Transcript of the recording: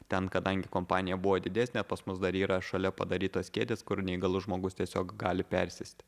ten kadangi kompanija buvo didesnė pas mus dar yra šalia padarytos kėdės kur neįgalus žmogus tiesiog gali persėsti